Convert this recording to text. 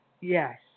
Yes